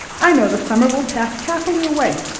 i know the summer will pass happily away.